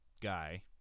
guy